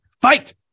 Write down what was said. fight